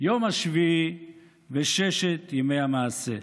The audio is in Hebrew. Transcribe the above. יום השביעי וששת ימי המעשה.